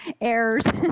errors